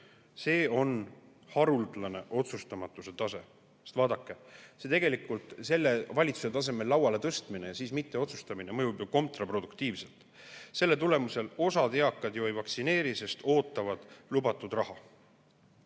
See on haruldane otsustamatuse tase. Vaadake, tegelikult selle valitsuse tasemel lauale tõstmine ja siis mitteotsustamine mõjub ju kontraproduktiivselt. Selle tulemusel osa eakaid ju ei vaktsineeri, sest ootavad lubatud raha.